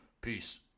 Peace